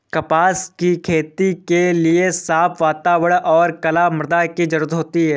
कपास की खेती के लिए साफ़ वातावरण और कला मृदा की जरुरत होती है